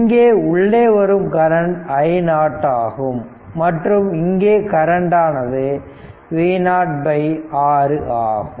இங்கே உள்ளே வரும் கரண்ட் i0 ஆகும் மற்றும் இங்கே கரண்ட் ஆனது V0 6 ஆகும்